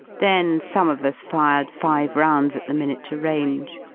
then some of us fired five rounds at the miniature range.